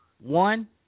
one